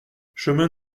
chemin